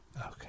Okay